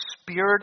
Spirit